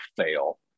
fail